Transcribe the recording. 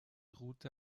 route